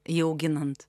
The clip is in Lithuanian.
jį auginant